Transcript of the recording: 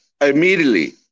immediately